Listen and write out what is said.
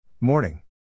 Morning